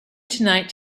tonight